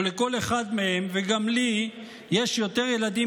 ולכל אחד מהם וגם לי יש יותר ילדים